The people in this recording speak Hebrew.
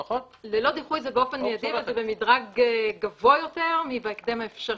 ללא דיחוי זה באופן מידי וזה במדרג גבוה יותר מ-בהקדם האפשרי,